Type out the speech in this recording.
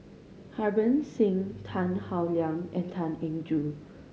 Harbans Singh Tan Howe Liang and Tan Eng Joo